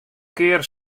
kear